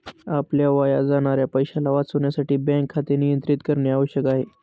आपल्या वाया जाणाऱ्या पैशाला वाचविण्यासाठी बँक खाते नियंत्रित करणे आवश्यक आहे